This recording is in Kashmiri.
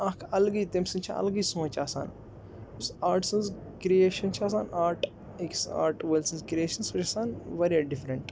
اَکھ اَلگٕے تٔمۍ سٕنٛز چھِ اَلگٕے سونچ آسان یُس آٹ سٕنٛز کِرٛییشَن چھِ آسان آٹ أکِس آٹ وٲلۍ سٕنٛز کِرٛییشَن سٔہ چھِ آسان واریاہ ڈِفرَنٛٹ